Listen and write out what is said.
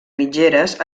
mitgeres